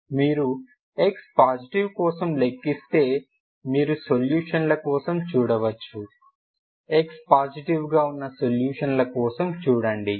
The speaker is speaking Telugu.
మీరు x పాజిటివ్ కోసం లెక్కిస్తే మీరు సొల్యూషన్ల కోసం చూడవచ్చు x పాజిటివ్ గా ఉన్న సొల్యూషన్ల కోసం చూడండి